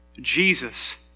Jesus